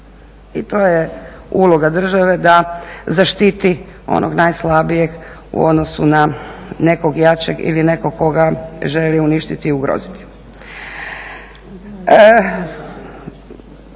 I to je uloga države da zaštiti onog najslabijeg u odnosu na nekog jačeg ili nekog koga želi uništiti i ugroziti.